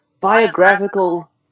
biographical